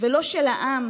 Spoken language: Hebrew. ולא של העם,